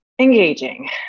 Engaging